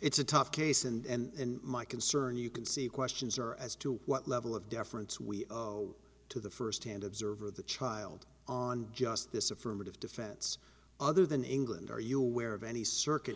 it's a tough case and my concern you can see questions are as to what level of deference we owe to the first hand observer the child on justice affirmative defense other than england are you aware of any circuit